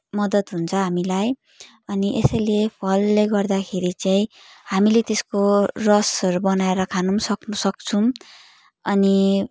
मदद हुन्छ हामीलाई अनि यसैले फलले गर्दाखेरि चाहिँ हामीले त्यसको रसहरू बनाएर खानु पनि सक् सक्छौँ अनि